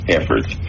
efforts